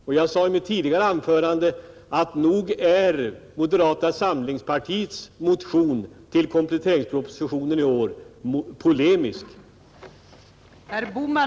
Och jag sade i mitt förra anförande att nog är moderata samlingspartiets motion till kompletteringspropositionen i år polemisk i hög grad.